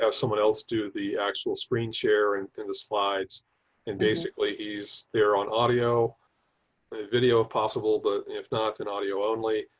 someone else do the actual screen share and the the slides and basically he's there on audio video of possible but if not an audio only